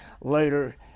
later